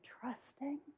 trusting